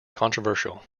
controversial